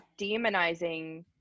demonizing